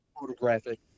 photographic